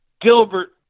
Gilbert